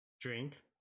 drink